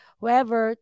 whoever